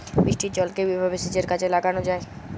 বৃষ্টির জলকে কিভাবে সেচের কাজে লাগানো য়ায়?